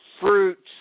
Fruits